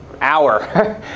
hour